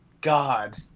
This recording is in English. god